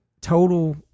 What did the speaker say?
total